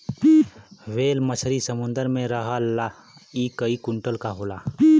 whale मछरी समुंदर में रहला इ कई कुंटल क होला